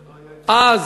אבל,